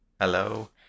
Hello